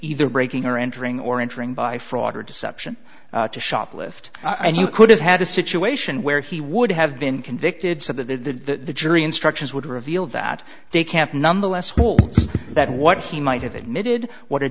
either breaking or entering or entering by fraud or deception to shoplift and you could have had a situation where he would have been convicted so that the jury instructions would reveal that they can't nonetheless that what he might have admitted what a